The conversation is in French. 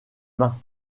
mains